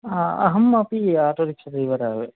अहमपि auto rickshaw driver एव